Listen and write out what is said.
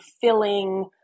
filling